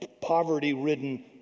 poverty-ridden